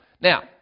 Now